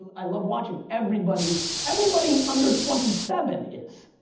i love watching everybody's, everybody under twenty seven is.